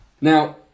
Now